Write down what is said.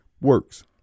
works